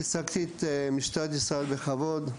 ייצגתי את משטרת ישראל בכבוד,